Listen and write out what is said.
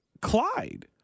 Clyde